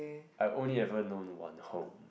I only haven't known to one home